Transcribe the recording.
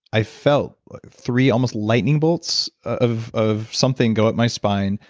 i felt three almost lightening bolts of of something go up my spine.